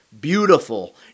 beautiful